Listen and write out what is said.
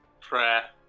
prayer